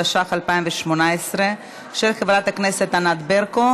כשבאה המשנה ליועץ המשפטי לממשלה דינה זילבר,